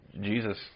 Jesus